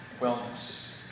wellness